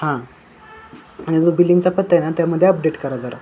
हां आणि जो बिलिंगचा पत्ता आहे ना त्यामध्ये अपडेट करा जरा